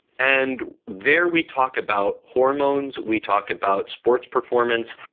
and there, we talk about hormones, we talk about sports performance,